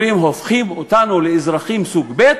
אומרים: הופכים אותנו לאזרחים סוג ב'.